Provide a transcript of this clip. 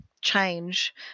change